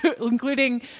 including